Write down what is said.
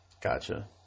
Gotcha